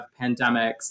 pandemics